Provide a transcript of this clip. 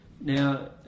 Now